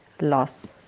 loss